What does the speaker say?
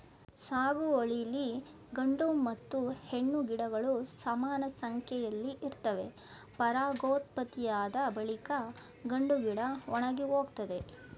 ಸಾಗುವಳಿಲಿ ಗಂಡು ಮತ್ತು ಹೆಣ್ಣು ಗಿಡಗಳು ಸಮಾನಸಂಖ್ಯೆಲಿ ಇರ್ತವೆ ಪರಾಗೋತ್ಪತ್ತಿಯಾದ ಬಳಿಕ ಗಂಡುಗಿಡ ಒಣಗಿಹೋಗ್ತದೆ